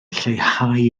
lleihau